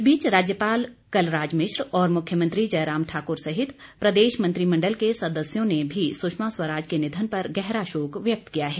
इस बीच राज्यपाल कलराज मिश्र और मुख्यमंत्री जयराम ठाकुर सहित प्रदेश मंत्रिमंडल के सदस्यों ने भी सुषमा स्वराज के निधन पर गहरा शोक व्यक्त किया है